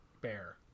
Bear